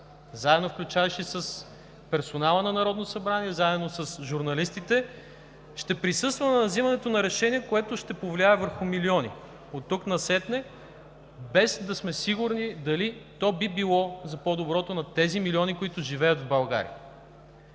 заедно с персонала на Народното събрание, заедно с журналистите, ще присъстваме на взимането на решение, което ще повлияе върху милиони, без да сме сигурни дали то би било за по-доброто на тези милиони, които живеят в България.